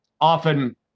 often